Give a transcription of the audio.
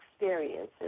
experiences